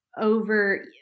over